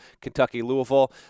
Kentucky-Louisville